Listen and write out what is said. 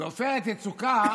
בעופרת יצוקה